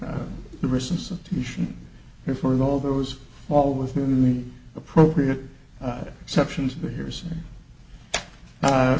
it all those all within the appropriate exceptions to the hearsay a